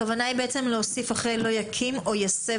הכוונה היא להוסיף אחרי "לא יקים או יסב